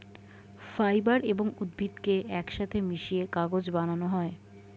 fibre এবং উদ্ভিদকে একসাথে মিশিয়ে কাগজ বানানো হয়